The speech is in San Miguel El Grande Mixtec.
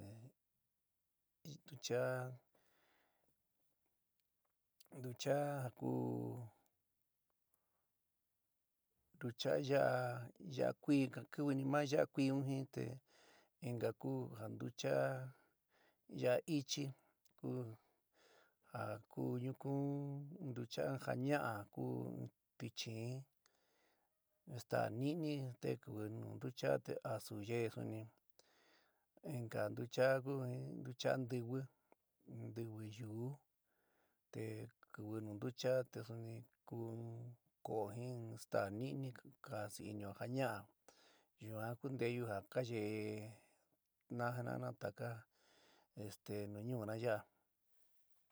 Ntucha'á ntucha'á ja ku ntucha'á yaá yaá kuí kiwi ni ma yaá kui jin te inka ku ja ntucha'á ya ichi ku ja ku ñukun ntucha'á in jaña'a ku tichɨín in staá nɨni te kiwi nu ntucha'á te asu yeé suni, inka ntucha ku in ntucha'á ntiwi, ntiwi yuú te kiwi nu ntucha'a te suni ku in ko'o jin in staá nɨnɨ, jasi inɨó jaña'a yuan ku nteyu ja kayeéna jinaana taka este nu ñuuna yaá.